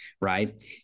right